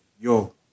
yo